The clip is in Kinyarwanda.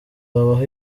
habaho